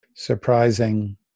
surprising